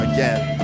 Again